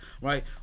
Right